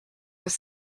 was